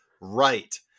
right